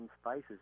spices